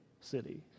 city